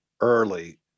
early